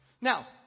Now